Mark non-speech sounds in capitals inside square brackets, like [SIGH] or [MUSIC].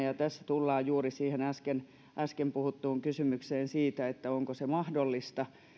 [UNINTELLIGIBLE] ja tässä tullaan juuri siihen äsken äsken puhuttuun kysymykseen siitä onko saattohoito mahdollista